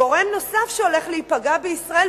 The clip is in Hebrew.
גורם נוסף שהולך להיפגע בישראל,